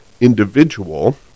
individual